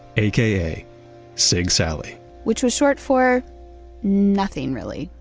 aka sigsaly which was short for nothing really.